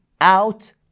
out